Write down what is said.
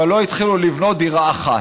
אבל לא התחילו לבנות דירה אחת.